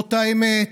זאת האמת.